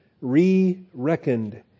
re-reckoned